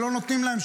שלא נותנים להם,